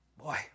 Boy